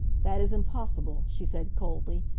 that is impossible, she said, coldly.